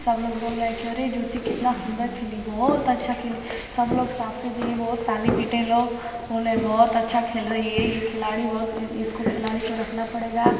सब लोग बोल रहे कि अरे ज्योति कितना सुंदर खेली बहुत अच्छा खेली सब लोग शाबाशी दिए बहुत ताली पीटें लोग बोले रहें बहुत अच्छा खेल रही है ये खिलाड़ी बहुत इसको खिलाड़ी को रखना पड़ेगा